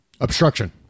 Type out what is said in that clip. Obstruction